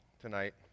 tonight